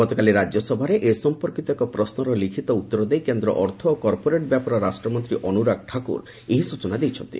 ଗତକାଲି ରାକ୍ୟସଭାରେ ଏ ସଫପର୍କିତ ଏକ ପ୍ରଶ୍ନର ଲିଖିତ ଉତ୍ତର ଦେଇ କେନ୍ଦ୍ର ଅର୍ଥ ଓ କର୍ପୋରେଟ୍ ବ୍ୟାପାର ରାଷ୍ଟ୍ରମନ୍ତ୍ରୀ ଅନୁରାଗ ଠାକୁର ଏହି ସୂଚନା ଦେଇଛନ୍ତି